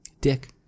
Dick